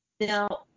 now